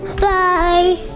Bye